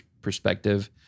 perspective